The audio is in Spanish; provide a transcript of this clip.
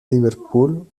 liverpool